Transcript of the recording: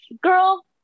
girl